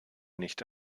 nicht